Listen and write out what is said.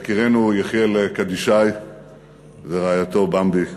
יקירנו יחיאל קדישאי ורעייתו במבי,